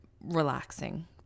relaxing